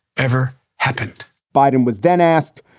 ever happened biden was then asked,